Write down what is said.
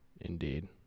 indeed